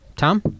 Tom